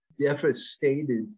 devastated